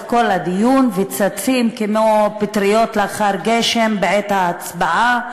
כל הדיון וצצים כמו פטריות לאחר גשם בעת ההצבעה.